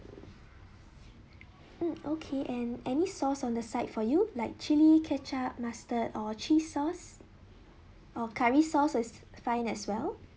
mm okay and any sauce on the side for you like chili ketchup mustard or cheese sauce or curry sauce is fine as well